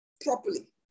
properly